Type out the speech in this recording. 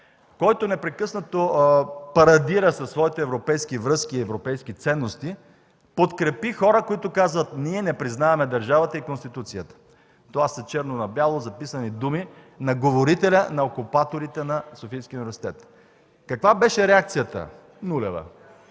който непрекъснато парадира със своите европейски връзки и европейски ценности, подкрепи хора, които казват: „Ние не признаваме държавата и Конституцията”. Това са черно на бяло записани думи на говорителя на окупаторите на Софийски университет. Каква беше реакцията? Нулева!